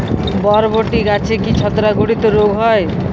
বরবটি গাছে কি ছত্রাক ঘটিত রোগ হয়?